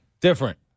Different